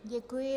Děkuji.